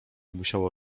musiało